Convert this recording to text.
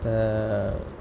त